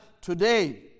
today